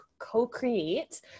Co-create